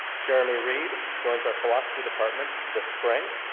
jeremy reid joins our philosophy department this spring.